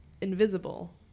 invisible